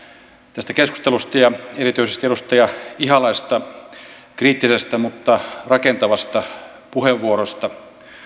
tästä keskustelusta ja erityisesti edustaja ihalaista kriittisestä mutta rakentavasta puheenvuorosta